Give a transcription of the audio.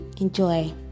Enjoy